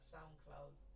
Soundcloud